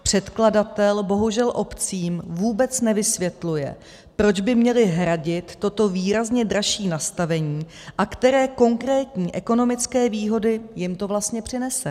Předkladatel, bohužel, obcím vůbec nevysvětluje, proč by měly hradit toto výrazně dražší nastavení a které konkrétní ekonomické výhody jim to vlastně přinese.